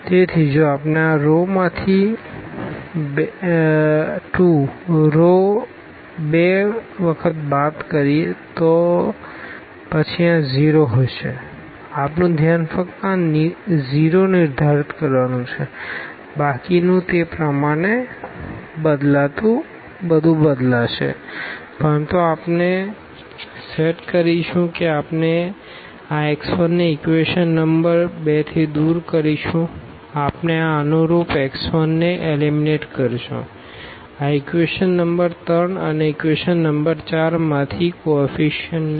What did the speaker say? તેથી જો આપણે આ રો માંથી 2 રો 2 વખત 2 બાદ કરીએ તો પછી આ 0 હશે આપણું ધ્યાન ફક્ત આ 0 નિર્ધારિત કરવાનું છે બાકીનું તે પ્રમાણે બધું બદલાશે પરંતુ આપણે સેટ કરીશું કે આપણે આ x 1 ને ઇક્વેશન નંબર 2 થી દૂર કરીશુંઆપણે આ અનુરૂપ x 1 ને એલીમીનેટ કરીશું આ ઇક્વેશન નંબર 3 અને ઇક્વેશન નંબર 4 માં થી કો એફ્ફીશીયન્ટને